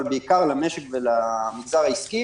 אבל בעיקר למשק ולמגזר העסקי